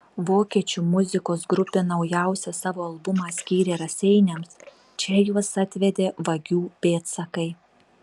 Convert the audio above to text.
vokiečių muzikos grupė naujausią savo albumą skyrė raseiniams čia juos atvedė vagių pėdsakai